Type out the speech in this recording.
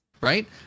Right